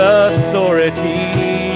authority